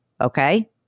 okay